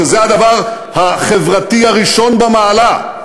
שזה הדבר החברתי הראשון במעלה.